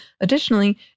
Additionally